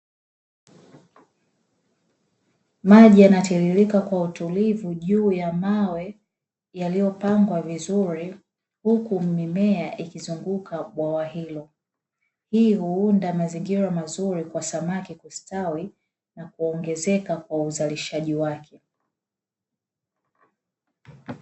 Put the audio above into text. Maji yana tiririka kwa utulivu juu ya mawe yaliyo pangwa vizuri, huku mimea ikizunguka bwawa hilo hii huunda mazingira mazuri kwa samaki kustawi na kuongezeka kwa uzalishaji wake.